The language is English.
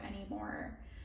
anymore